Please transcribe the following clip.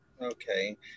Okay